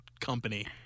company